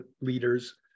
leaders